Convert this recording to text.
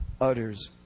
utters